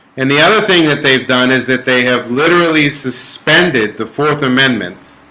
and the other thing that they've done is that they have literally suspended the fourth amendment